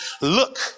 look